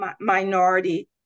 minority